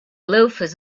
loafers